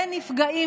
ובנפגעים,